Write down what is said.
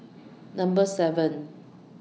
Number seven